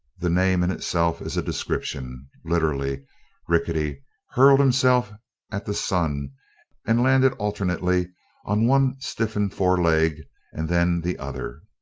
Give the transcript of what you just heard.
the name in itself is a description. literally rickety hurled himself at the sun and landed alternately on one stiffened foreleg and then the other.